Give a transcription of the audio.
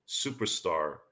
superstar